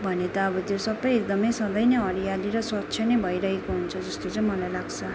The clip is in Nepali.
भने त अब त्यो सबै एकदमै सधैँ नै हरियाली र स्वच्छ नै भइरहेको हुन्छ जस्तो चाहिँ मलाई लाग्छ